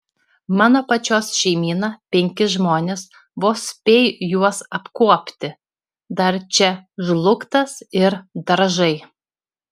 mano pačios šeimyna penki žmonės vos spėju juos apkuopti dar čia žlugtas ir daržai